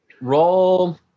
Roll